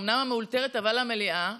אומנם המאולתרת, אבל המליאה,